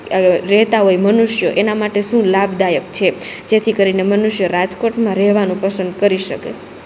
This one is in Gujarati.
રહેતા હોય મનુષ્યો એના માટે સું લાભદાયક છે જેથી કરીને મનુષ્યો રાજકોટમાં રહેવાનું પસંદ કરી શકે